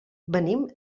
venim